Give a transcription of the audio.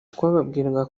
twababwiraga